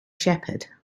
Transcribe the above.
shepherd